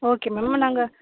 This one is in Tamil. ஓகே மேம் நாங்கள்